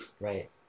right